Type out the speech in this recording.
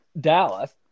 Dallas